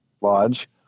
Lodge